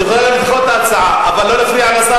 את יכולה לדחות את ההצעה אבל לא להפריע לשר,